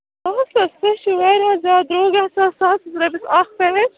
سُہ ہَے چھُ وارِیاہ زیادٕ دروٚ گ گَژھان ساسس رۄپیس اَکھ پیچ